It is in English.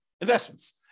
investments